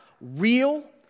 real